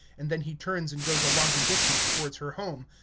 and then he turns and goes a longer distance towards her home,